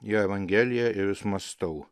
į evangeliją ir vis mąstau